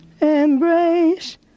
embrace